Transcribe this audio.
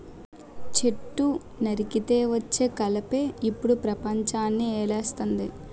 చెట్టు నరికితే వచ్చే కలపే ఇప్పుడు పెపంచాన్ని ఏలేస్తంది